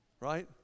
Right